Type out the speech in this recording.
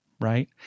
right